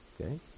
Okay